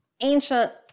ancient